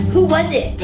who was it?